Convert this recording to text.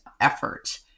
effort